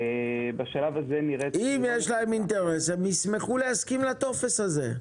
בשלב הזה- -- אם יש להם אינטרס הם ישמחו להסכים לטופס הזה.